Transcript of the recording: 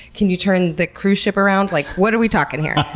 can you turn the cruise ship around? like what are we talkin' here?